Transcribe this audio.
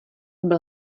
byl